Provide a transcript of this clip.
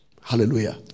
Hallelujah